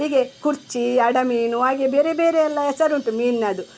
ಹೀಗೆ ಕುರ್ಚಿ ಅಡಮೀನು ಹಾಗೆ ಬೇರೆ ಬೇರೆ ಎಲ್ಲ ಹೆಸರುಂಟು ಮೀನಿನದ್ದು